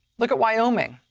look at wyoming.